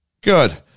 Good